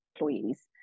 employees